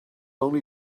only